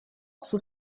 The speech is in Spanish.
sus